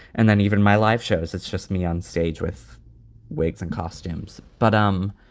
and then even my life shows it's just me onstage with wigs and costumes. but, um,